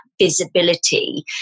visibility